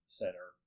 center